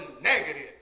negative